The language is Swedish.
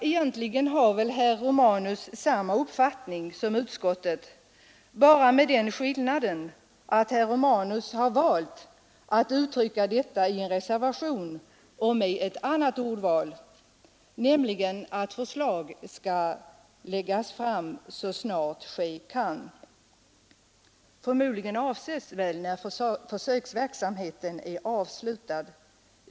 Egentligen är herr Romanus av samma uppfattning som utskottet bara med den skillnaden att herr Romanus har valt att uttrycka detta i en reservation och med ett annat ordval, nämligen att ”förslag skall framläggas så snart ske kan”. Förmodligen avses därmed när försöksverksamheten är avslutad.